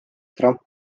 trump